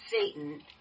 Satan